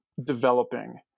developing